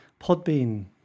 Podbean